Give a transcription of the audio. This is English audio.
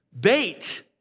Bait